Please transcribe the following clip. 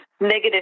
negative